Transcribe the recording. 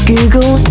Google